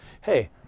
Hey